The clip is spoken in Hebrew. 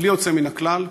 בלי יוצא מן הכלל,